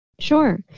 Sure